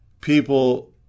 people